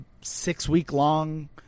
six-week-long